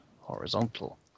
Horizontal